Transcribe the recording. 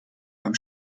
beim